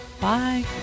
Bye